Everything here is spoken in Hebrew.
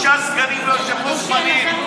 שישה סגנים ליושב-ראש, זמניים.